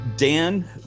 Dan